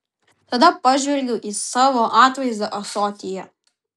tada pažvelgiau į savo atvaizdą ąsotyje